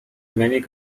many